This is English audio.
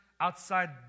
outside